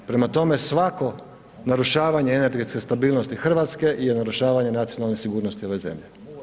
Prema tome, svako narušavanje energetske stabilnosti RH je i narušavanje nacionalne sigurnosti ove zemlje.